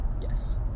Yes